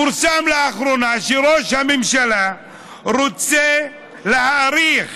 פורסם לאחרונה שראש הממשלה רוצה להאריך